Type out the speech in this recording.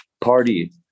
party